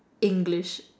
English